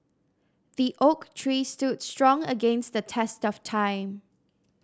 the oak tree stood strong against the test of time